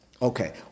Okay